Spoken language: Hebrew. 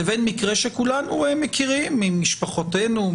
לבין מקרה שכולנו מכירים ממשפחותינו,